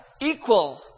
equal